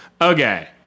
Okay